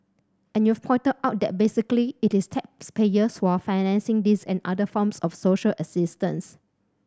and you've pointed out that basically it is taxpayers who are financing this and other forms of social assistance